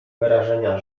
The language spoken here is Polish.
wyrażenia